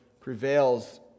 prevails